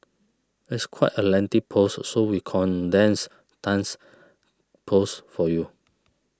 it's quite a lengthy post so we condensed Tan's post for you